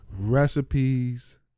Recipes